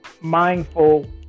mindful